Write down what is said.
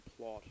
plot